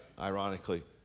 ironically